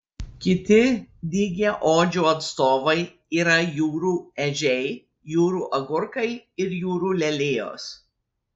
kiti dygiaodžių atstovai yra jūrų ežiai jūrų agurkai ir jūrų lelijos